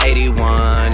81